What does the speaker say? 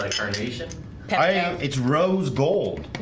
i i am it's rose gold